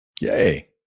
Yay